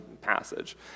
passage